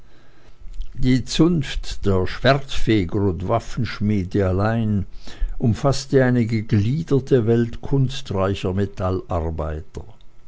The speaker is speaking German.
die zunft der schwertfeger und waffenschmiede allein umfaßte eine gegliederte welt kunstreicher